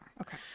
okay